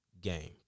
game